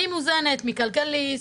אני מוזנת מ"כלכליסט",